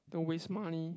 don't waste money